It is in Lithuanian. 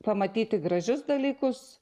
pamatyti gražius dalykus